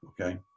Okay